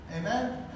Amen